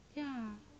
ya